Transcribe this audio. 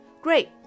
Great